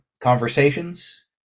conversations